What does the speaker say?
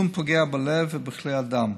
העישון פוגע בלב ובכלי הדם